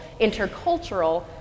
intercultural